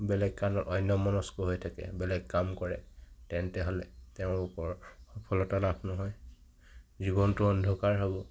বেলেগ কামত অন্যমনস্ক হৈ থাকে বেলেগ কাম কৰে তেন্তে হ'লে তেওঁৰ ওপৰত সফলতা লাভ নহয় জীৱনটো অন্ধকাৰ হ'ব